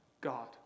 God